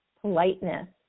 politeness